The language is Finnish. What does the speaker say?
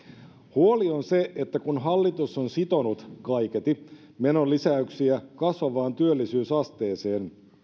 huoli on se että kun hallitus on sitonut kaiketi menonlisäyksiä kasvavaan työllisyysasteeseen